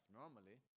normally